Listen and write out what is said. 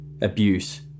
abuse